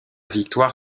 victoire